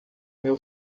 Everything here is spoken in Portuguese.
meu